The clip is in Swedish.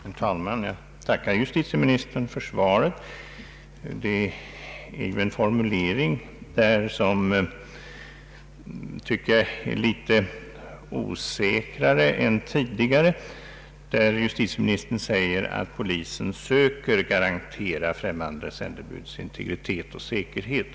Herr talman! Jag ber att få tacka justitieministern för svaret. Där finns en formulering som jag tycker är litet osäkrare än tidigare; justitieministern säger nämligen att polisen söker garantera främmande sändebuds integritet och säkerhet.